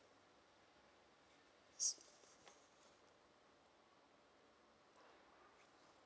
yes